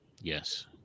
yes